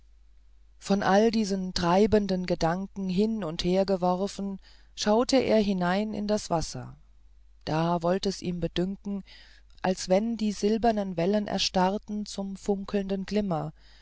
von all diesen treibenden gedanken hin und hergeworfen schaute er hinein in das wasser da wollt es ihm bedünken als wenn die silbernen wellen erstarrten zum funkelnden glimmer